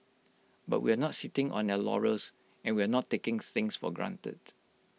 but we're not sitting on our laurels and we're not taking things for granted